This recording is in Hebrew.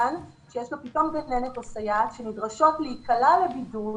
גן שיש לו פתאום גננת או סייעת שנדרשות להיקלע לבידוד,